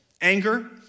anger